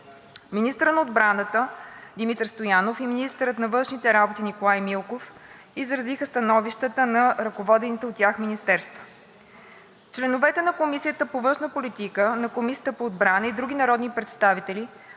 Министърът на отбраната Димитър Стоянов и министърът на външните работи Николай Милков изразиха становищата на ръководените от тях министерства. Членовете на Комисията по външна политика, на Комисията по отбрана и други народни представители